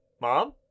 Mom